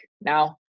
Now